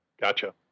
gotcha